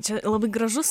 čia labai gražus